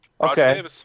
Okay